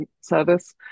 Service